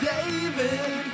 David